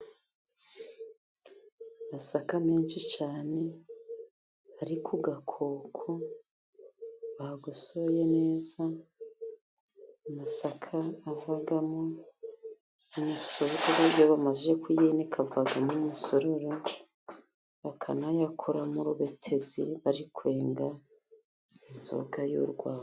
Amasaka menshi cyane ari ku gakoko, bagosoye neza. Amasaka avamo umusururu iyo bamaze kuyinika avamo umusururu bakanayakuramo urubetezi bari kwenga inzoga y'urwagwa.